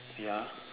ya